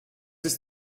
ist